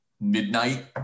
midnight